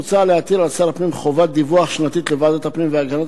מוצע להטיל על שר הפנים חובת דיווח שנתית לוועדת הפנים והגנת